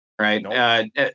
right